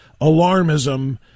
alarmism